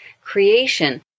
creation